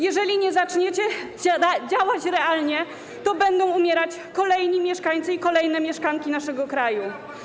Jeżeli nie zaczniecie działać realnie, to będą umierać kolejni mieszkańcy i kolejne mieszkanki naszego kraju.